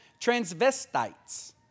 transvestites